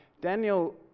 Daniel